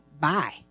bye